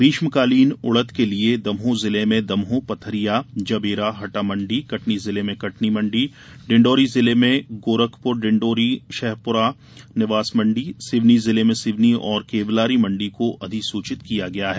ग्रीष्मकालीन उड़द के लिये दमोह जिले में दमोह पथरिया जबेरा हटा मंडी कटनी जिले में कटनी मंडी डिंडोरी जिले में गोरखपुर डिंडोरी शहपुरा निवास मंडी सिवनी जिले में सिवनी और केवलारी मंडी को अधिसूचित किया गया है